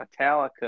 metallica